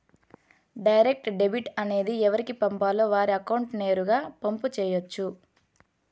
direct debit అనేది ఎవరికి పంపాలో వారి అకౌంట్ నేరుగా పంపు చేయొచ్చు